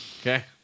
Okay